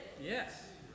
Yes